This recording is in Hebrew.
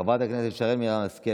חברת הכנסת שרן מרים השכל,